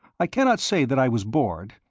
i cannot say that i was bored,